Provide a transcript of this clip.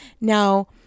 Now